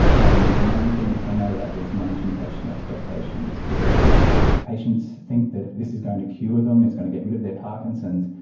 and the main thing that came out of that was managing patient expectations, because if patients think that this is going to cure them, it's going to get rid of their parkinson's,